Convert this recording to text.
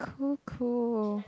cool cool